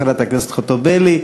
חברת הכנסת חוטובלי,